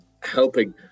helping